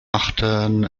machten